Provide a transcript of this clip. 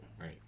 Right